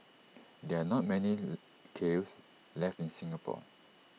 there are not many kilns left in Singapore